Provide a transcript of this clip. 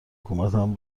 حکومتم